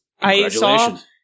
Congratulations